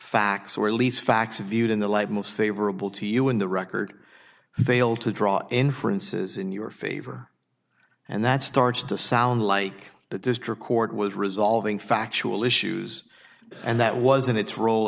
facts or at least facts viewed in the light most favorable to you in the record fail to draw inferences in your favor and that starts to sound like the district court was resolving factual issues and that was in its rol